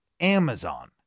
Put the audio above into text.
Amazon